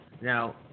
Now